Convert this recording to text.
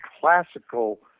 classical